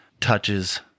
touches